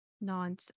non-